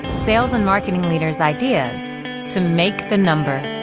sales and marketing leaders ideas to make the number.